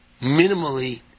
minimally